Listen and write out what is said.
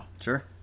Sure